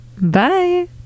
Bye